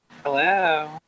Hello